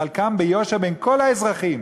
לחלקם ביושר בין כל האזרחים,